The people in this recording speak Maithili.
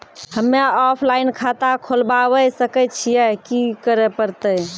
हम्मे ऑफलाइन खाता खोलबावे सकय छियै, की करे परतै?